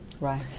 Right